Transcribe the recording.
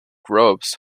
ropes